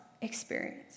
experience